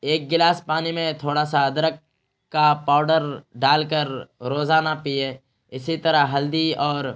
ایک گلاس پانی میں تھوڑا سا ادرک کا پاؤڈر ڈال کر روزانہ پئیں اسی طرح ہلدی اور